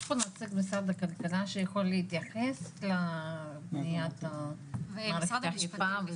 יש פה נציג משרד הכלכלה שיכול להתייחס לבניית מערכת האכיפה?